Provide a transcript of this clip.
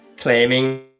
claiming